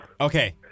Okay